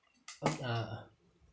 oh uh